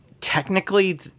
technically